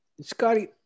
Scotty